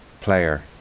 player